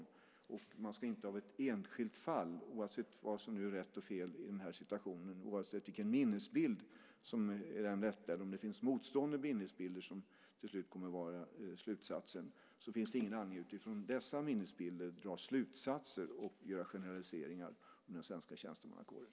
Det finns ingen anledning att av ett enskilt fall - oavsett vad som är rätt och fel i den här situationen och oavsett vilken minnesbild som är den rätta eller om det finns motstående minnesbilder som till slut kommer att vara slutsatsen - dra slutsatser och göra generaliseringar om den svenska tjänstemannakåren.